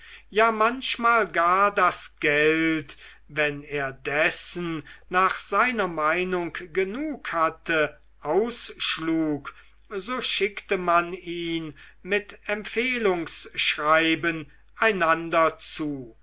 ja manchmal gar das geld wenn er dessen nach seiner meinung genug hatte ausschlug so schickte man ihn mit empfehlungsschreiben einander zu